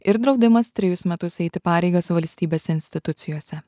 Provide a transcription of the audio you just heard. ir draudimas trejus metus eiti pareigas valstybės institucijose